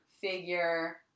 figure